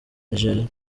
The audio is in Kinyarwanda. nigeria